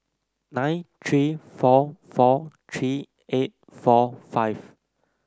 nine three four four three eight four five